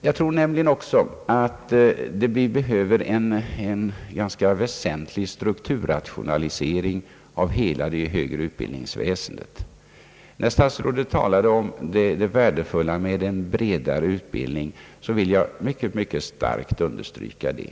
Jag tror också att vi behöver en ganska grundlig strukturrationalisering av hela det högre utbildningsväsendet. När statsrådet nämner värdet av en bredare utbildning vill jag mycket, mycket starkt understryka det.